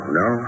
no